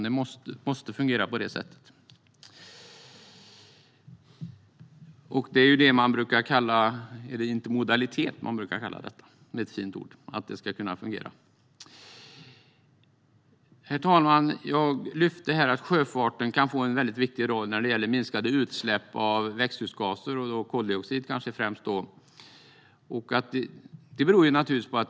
Det måste fungera, och detta brukar man med ett fint ord kalla intermodalitet. Herr talman! Jag lyfte fram att sjöfarten kan få en viktig roll när det gäller minskade utsläpp av växthusgaser, kanske främst koldioxid.